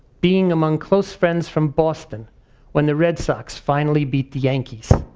being among close friends from boston when the red sox finally beat the yankees.